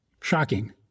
Shocking